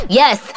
yes